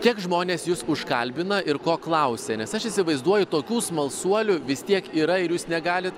kiek žmonės jus užkalbina ir ko klausia nes aš įsivaizduoju tokių smalsuolių vis tiek yra ir jūs negalit